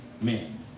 men